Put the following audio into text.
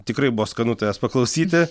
tikrai buvo skanu tavęs paklausyti